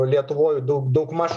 lietuvoj daug daugmaž